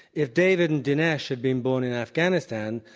if david and dinesh had been born in afghanistan,